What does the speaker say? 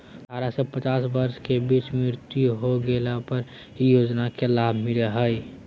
अठारह से पचास वर्ष के बीच मृत्यु हो गेला पर इ योजना के लाभ मिला हइ